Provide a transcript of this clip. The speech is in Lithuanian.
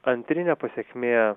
antrinė pasekmė